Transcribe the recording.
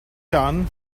done